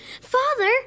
Father